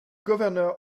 governor